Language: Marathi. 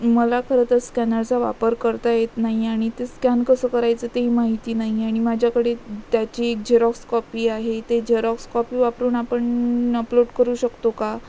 मला खरं तर स्कॅनरचा वापर करता येत नाही आणि ते स्कॅन कसं करायचं तेही माहिती नाही आणि माझ्याकडे त्याची एक झेरॉक्स कॉपी आहे ते झेरॉक्स कॉपी वापरून आपण अपलोड करू शकतो का